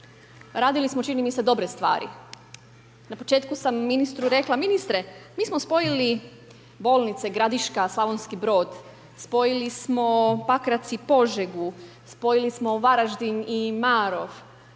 radili smo čini mi se, dobre stvari. Na početku sam ministru rekla, ministre, mi smo spojili bolnice Gradiška, Slavonski Brod, spojili smo Pakrac i Požegu, spojili smo Varaždin i Marof.